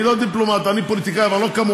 אני לא דיפלומט, אני פוליטיקאי, אבל אני לא כמוכם.